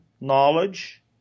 knowledge